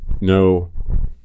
No